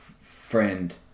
friend